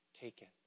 taken